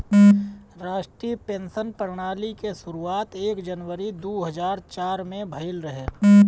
राष्ट्रीय पेंशन प्रणाली के शुरुआत एक जनवरी दू हज़ार चार में भईल रहे